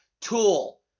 tool